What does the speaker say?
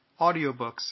audiobooks